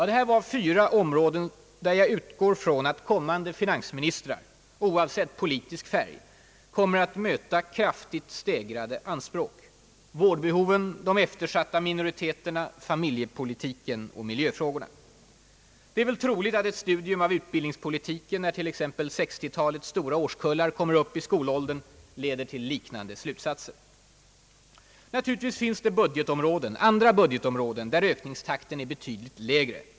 Det här var fyra områden där jag utgår från att framtida finansministrar kommer att möta kraftigt stegrade anspråk: vårdbehoven, de eftersatta minoriteterna, familjepolitiken och miljöfrågorna. Det är väl troligt att ett studium av utbildningspolitiken, när t.ex. 1960-talets stora årskullar kommer upp i skolåldern, leder till liknande slutsatser. Naturligtvis finns det andra budgetområden där ökningstakten är betydligt lägre.